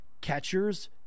catchers